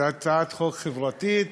זו הצעת חוק חברתית,